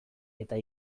eta